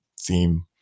theme